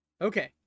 okay